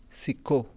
ਸਿੱਖੋ